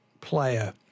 player